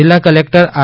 જિલ્લા collector R